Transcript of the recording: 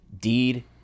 deed